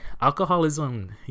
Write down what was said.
alcoholism